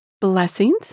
blessings